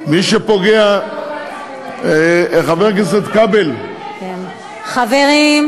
חבר הכנסת כבל, חברים,